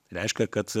reiškia kad